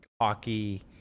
hockey